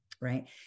right